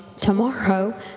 tomorrow